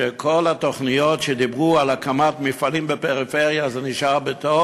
שכל התוכניות שדיברו על הקמת מפעלים בפריפריה נשארו בגדר